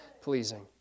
pleasing